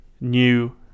new